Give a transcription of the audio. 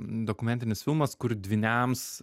dokumentinis filmas kur dvyniams